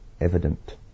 evident